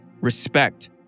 respect